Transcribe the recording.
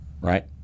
right